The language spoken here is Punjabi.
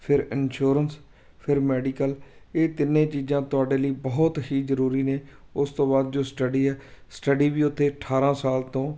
ਫਿਰ ਇਨਸ਼ਿਓਰੈਂਸ ਫਿਰ ਮੈਡੀਕਲ ਇਹ ਤਿੰਨੇ ਚੀਜ਼ਾਂ ਤੁਹਾਡੇ ਲਈ ਬਹੁਤ ਹੀ ਜ਼ਰੂਰੀ ਨੇ ਉਸ ਤੋਂ ਬਾਅਦ ਜੋ ਸਟੱਡੀ ਹੈ ਸਟੱਡੀ ਵੀ ਉੱਥੇ ਅਠਾਰਾਂ ਸਾਲ ਤੋਂ